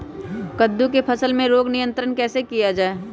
कददु की फसल में रोग नियंत्रण कैसे किया जाए?